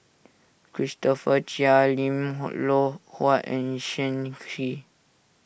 Christopher Chia Lim Loh Huat and Shen Xi